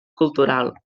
cultural